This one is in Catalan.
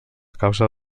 causa